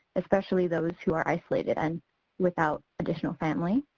especially those who are isolated and without additional family.